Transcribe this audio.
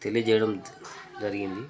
తెలియచేయడం జరిగింది